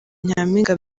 nyampinga